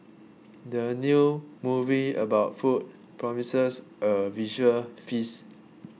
the new movie about food promises a visual feast